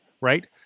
right